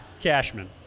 Cashman